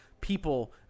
people